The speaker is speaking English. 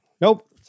Nope